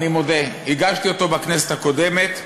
אני מודה, הגשתי אותו בכנסת הקודמת,